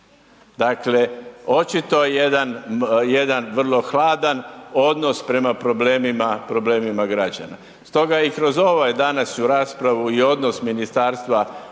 Dakle, očito jedan, jedan vrlo hladan odnos prema problemima, problemima građana. Stoga i kroz ovu današnju raspravu i odnos ministarstva